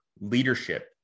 leadership